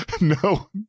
No